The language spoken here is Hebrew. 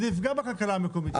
וזה יפגע בכלכלה המקומית.